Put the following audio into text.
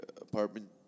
apartment